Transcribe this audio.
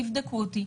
תבדקו אותי,